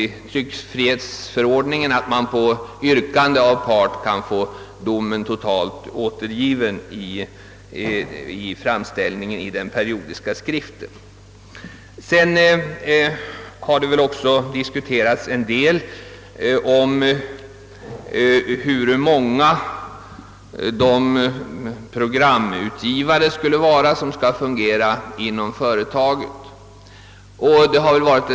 I tryckfrihetsförordningen föreskrivs ju att part på yrkande kan få en dom i dess helhet återgiven i ifrågavarande periodiska skrift. Frågan om antalet programutgivare inom företaget har också diskuterats.